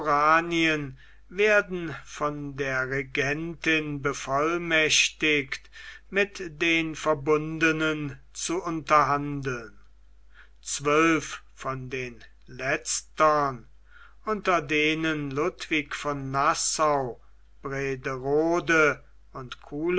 oranien werden von der regentin bevollmächtigt mit den verbundenen zu unterhandeln zwölf von den letztern unter denen ludwig von nassau brederode und